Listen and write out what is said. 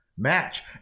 match